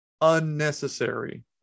unnecessary